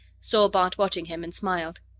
saw bart watching him and smiled.